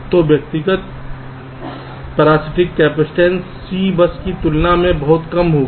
तो व्यक्तिगत परजीवी समाई सी बस की तुलना में बहुत कम होगी